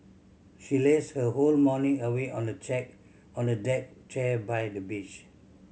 she lazed her whole morning away on a check on a deck chair by the beach